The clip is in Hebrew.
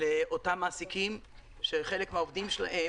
לאותם מעסיקים שחלק מן העובדים שלהם